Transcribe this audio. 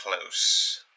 close